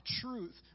truth